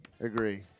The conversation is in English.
agree